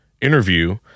interview